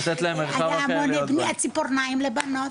בניית ציפורניים לבנות,